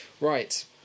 Right